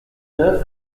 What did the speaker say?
neuf